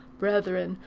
brethren,